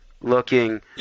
looking